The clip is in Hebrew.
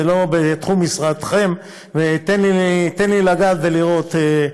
זה לא בתחום משרדכם ותן לי לגעת ולראות.